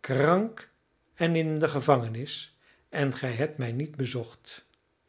krank en in de gevangenis en gij hebt mij niet bezocht